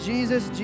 Jesus